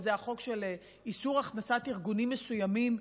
וזה החוק של איסור הכנסת ארגונים מסוימים,